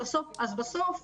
בסוף,